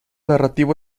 narrativo